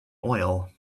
oil